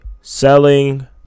Selling